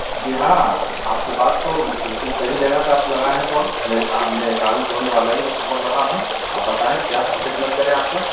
جی ہاں آپ کی بات تو بالکل صحیح جگہ پہ آپ لگائیں ہیں کال میں آپ میں گاڑی دھونے والا ہی بول رہا ہوں آپ بتائیں کیا خدمت کریں آپ کا